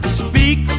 speak